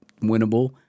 winnable